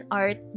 art